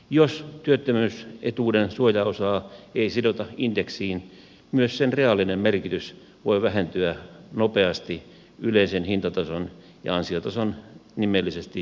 jos työttömyysetuuden suojaosaa ei sidota indeksiin myös reaalinen merkitys voi vähentyä nopeasti yleisen hintatason ja ansiotason nimellisesti kohotessa